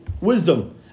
wisdom